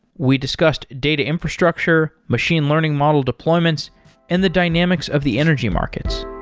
we discussed data infrastructure, machine learning model deployments and the dynamics of the energy markets.